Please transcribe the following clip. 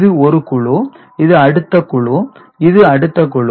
இது ஒரு குழு இது அடுத்த குழு இது அடுத்த குழு